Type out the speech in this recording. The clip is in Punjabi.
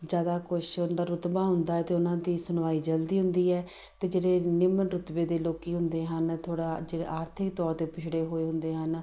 ਜ਼ਿਆਦਾ ਕੁਛ ਉਹਨਾਂ ਦਾ ਰੁਤਬਾ ਹੁੰਦਾ ਹੈ ਤਾਂ ਉਹਨਾਂ ਦੀ ਸੁਣਵਾਈ ਜਲਦੀ ਹੁੰਦੀ ਹੈ ਅਤੇ ਜਿਹੜੇ ਨਿਮਨ ਰੁਤਬੇ ਦੇ ਲੋਕ ਹੁੰਦੇ ਹਨ ਥੋੜ੍ਹਾ ਜਿ ਆਰਥਿਕ ਤੌਰ 'ਤੇ ਪਿਛੜੇ ਹੋਏ ਹੁੰਦੇ ਹਨ